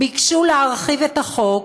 ביקשו להרחיב את החוק